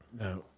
no